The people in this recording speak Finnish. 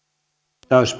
arvoisa